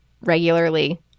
regularly